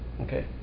okay